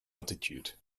altitude